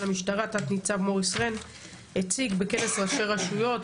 המשטרה תת ניצב מוריס רן הציג בכנס ראשי רשויות,